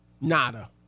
Nada